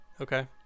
Okay